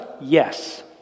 Yes